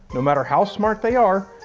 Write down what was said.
no matter how smart they are,